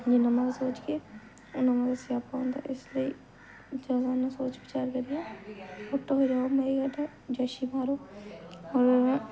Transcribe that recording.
जिन्ना मता सोचगे उ'न्ना मता स्यापा होंदा इस लेई जदूं इ'न्ना सोच बचार करियै फोटो खचाओ मजे कन्नै जैशी मारो होर